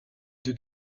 deux